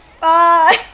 Bye